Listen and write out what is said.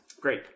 Great